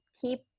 keep